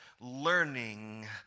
learning